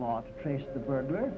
last place the burglar